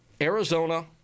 Arizona